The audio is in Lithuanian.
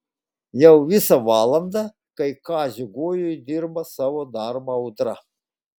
jau visa valanda kai kazio gojuj dirba savo darbą audra